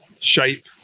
shape